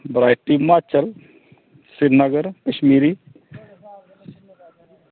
Himachal Srinagar Kashmiri